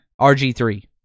RG3